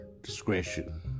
discretion